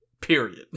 Period